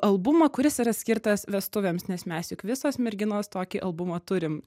albumą kuris yra skirtas vestuvėms nes mes juk visos merginos tokį albumą turim